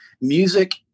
music